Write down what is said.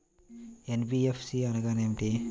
NBFC అనగా ఏమిటీ?